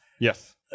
Yes